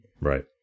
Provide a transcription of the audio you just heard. Right